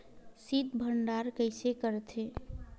शीत भंडारण कइसे करथे?